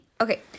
Okay